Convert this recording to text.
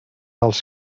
als